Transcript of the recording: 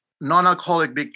non-alcoholic